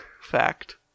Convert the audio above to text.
Fact